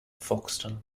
foxton